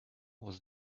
was